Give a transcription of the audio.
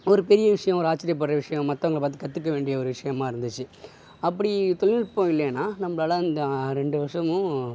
ஒரு பெரிய விஷயம் ஒரு ஆச்சிரியப்படுற விஷயம் மற்றவங்கள பார்த்து கற்றுக்க வேண்டிய ஒரு விஷயமாக இருந்துச்சு அப்படி தொழில்நுட்பம் இல்லைனா நம்மளால் அந்த ரெண்டு வருஷமும்